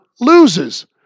loses